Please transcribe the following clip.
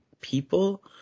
people